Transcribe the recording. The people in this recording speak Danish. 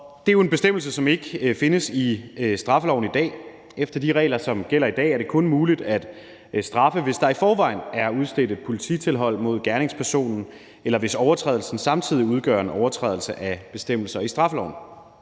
Det er jo en bestemmelse, som ikke findes i straffeloven i dag. Efter de regler, som gælder i dag, er det kun muligt at straffe, hvis der i forvejen er udstedt et polititilhold mod gerningspersonen, eller hvis overtrædelsen samtidig udgør en overtrædelse af bestemmelser i straffeloven.